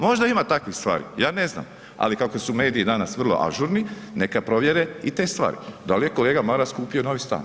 Možda ima takvih stvari, ja ne znam ali kako su mediji danas vrlo ažurni, neka provjere i stvari, da li je kolega Maras kupio novi stan.